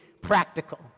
practical